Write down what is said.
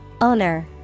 Owner